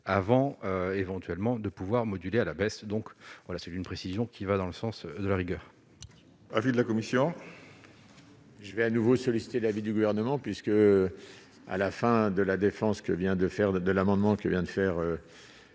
avant éventuellement de pouvoir moduler à la baisse, donc voilà, c'est une précision qui va dans le sens de la rigueur. Avis de la commission. Je vais à nouveau sollicité l'avis du gouvernement, puisque à la fin de la défense que vient de faire